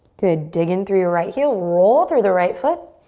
good, dig in through your right heel, roll through the right foot.